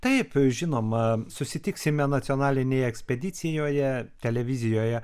taip žinoma susitiksime nacionalinėje ekspedicijoje televizijoje